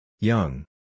Young